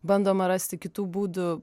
bandoma rasti kitų būdų